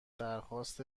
درخواست